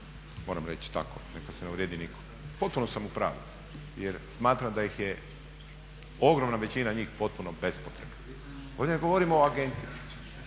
moram reći tako, neka se ne uvrijedi nitko. Potpuno sam u pravu jer smatram da ih je ogromna većina njih potpuno bespotrebna. Ali ovdje ne govorimo o agenciji